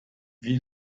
wie